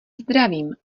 zdravím